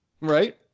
right